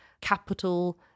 capital